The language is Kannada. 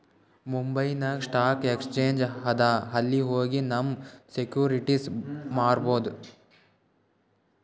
ಮುಂಬೈನಾಗ್ ಸ್ಟಾಕ್ ಎಕ್ಸ್ಚೇಂಜ್ ಅದಾ ಅಲ್ಲಿ ಹೋಗಿ ನಮ್ ಸೆಕ್ಯೂರಿಟಿಸ್ ಮಾರ್ಬೊದ್